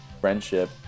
friendship